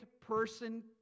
person